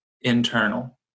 internal